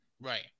Right